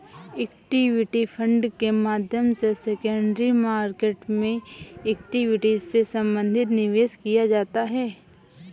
equity fund के माध्यम से सेकेंडरी मार्केट में इक्विटी से संबंधित निवेश किया जाता है